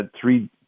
three